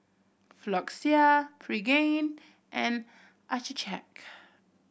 Floxia Pregain and Accucheck